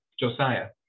Josiah